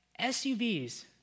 SUVs